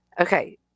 Okay